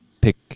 pick